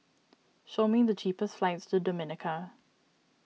show me the cheapest flights to Dominica